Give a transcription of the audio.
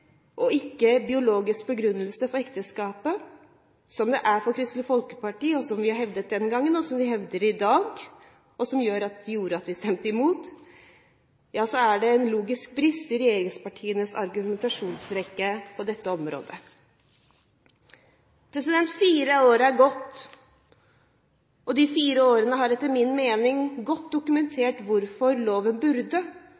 og «samme rettigheter», og ikke en biologisk begrunnelse for ekteskapet, som det er for Kristelig Folkeparti, som vi hevdet den gangen og hevder i dag, og som gjorde at vi stemte imot, er det en logisk brist i regjeringspartienes argumentasjonsrekke på dette området. Fire år er gått, og de fire årene har etter min mening godt